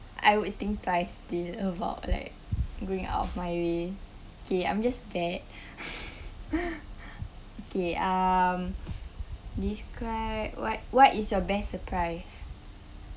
I would think twice still about like going out of my way okay I'm just bad okay um describe what what is your best surprise